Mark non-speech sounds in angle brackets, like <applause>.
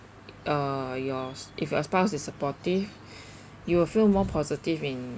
uh yours if your spouse is supportive <breath> you will feel more positive in